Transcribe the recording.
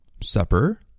Supper